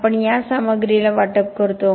आपण या सामग्रीला वाटप करतो